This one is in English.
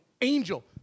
angel